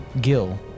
Gil